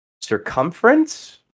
circumference